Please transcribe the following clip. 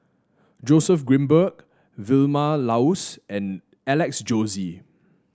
Joseph Grimberg Vilma Laus and Alex Josey